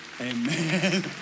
amen